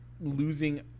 losing